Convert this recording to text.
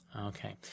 Okay